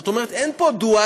זאת אומרת, אין פה דואליות.